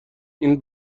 این